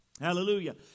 Hallelujah